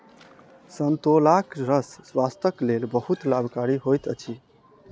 संतोलाक रस स्वास्थ्यक लेल बहुत लाभकारी होइत अछि